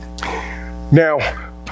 Now